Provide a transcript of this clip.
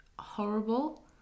horrible